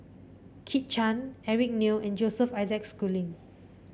Kit Chan Eric Neo and Joseph Isaac Schooling